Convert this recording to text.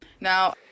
Now